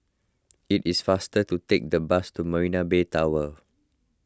it is faster to take the bus to Marina Bay Tower